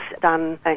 done